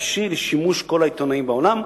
חופשי לשימוש כל העיתונאים בעולם.